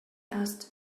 asked